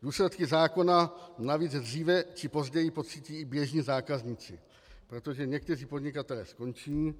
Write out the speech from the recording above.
Důsledky zákona navíc dříve či později pocítí i běžní zákazníci, protože někteří podnikatelé skončí.